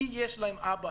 כי יש להם אבא